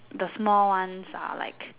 the small ones are like